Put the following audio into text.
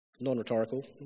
Non-rhetorical